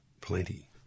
plenty